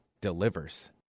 delivers